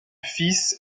fils